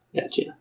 Gotcha